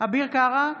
אביר קארה,